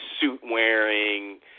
suit-wearing